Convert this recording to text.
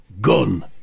gun